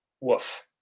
woof